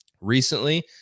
recently